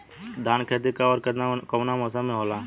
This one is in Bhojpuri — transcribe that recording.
धान क खेती कब ओर कवना मौसम में होला?